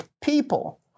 people